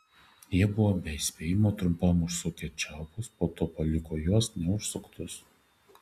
jie buvo be įspėjimo trumpam užsukę čiaupus po to paliko juos neužsuktus